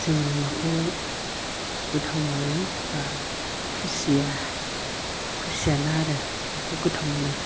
जोङो माखौ गोथाव मोनो बा खुसिया खुसिया ना आरो बेखौ गोथाव मोनो